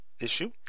issue